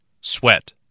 Sweat